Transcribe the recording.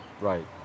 Right